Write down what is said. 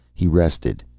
he rested,